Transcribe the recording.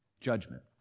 judgment